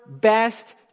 best